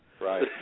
Right